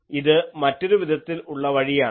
ഇത് മറ്റൊരു വിധത്തിൽ ഉള്ള വഴിയാണ്